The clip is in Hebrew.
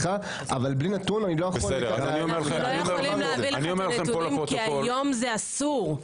אנחנו לא יכולים להביא לכם נתונים כי היום זה אסור.